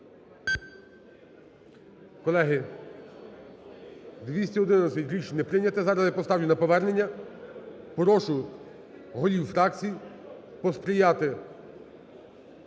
Колеги, рішення не прийнято. Зараз я поставлю на повернення. Прошу голів фракцій посприяти